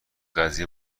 قضیه